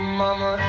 mama